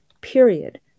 period